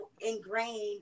ingrained